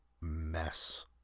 mess